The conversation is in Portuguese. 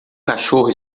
cachorro